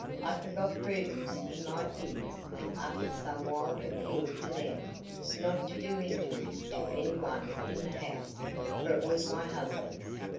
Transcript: i forgot prudence in my fears and uttered some wild appeal to them not to do injury to any one in the house for it was my husband's.